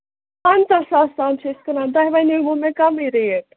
پَنٛژاہ ساس تانۍ چھِ أسۍ کٕنان تۄہہِ وَنیٛومو مےٚ کَمٕے ریٹ